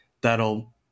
that'll